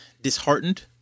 disheartened